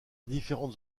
différentes